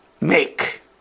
make